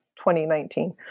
2019